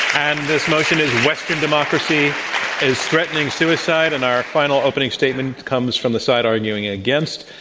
and this motion is western democracy is threatening suicide. and our final opening statement comes from the side arguing against.